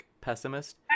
pessimist